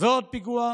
ועוד פיגוע?